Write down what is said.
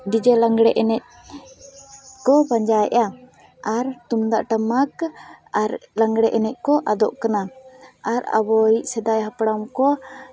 DJ ᱞᱟᱸᱜᱽᱲᱮ ᱮᱱᱮᱡ ᱠᱚ ᱯᱟᱸᱡᱟᱭᱮᱫᱼᱟ ᱟᱨ ᱛᱩᱢᱫᱟᱜ ᱴᱟᱢᱟᱠ ᱟᱨ ᱞᱟᱸᱜᱽᱲᱮ ᱮᱱᱮᱡ ᱠᱚ ᱟᱫᱚᱜ ᱠᱟᱱᱟ ᱟᱨ ᱟᱵᱚᱭᱤᱡ ᱥᱮᱫᱟᱭ ᱦᱟᱯᱲᱟᱢ ᱠᱚ